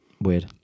weird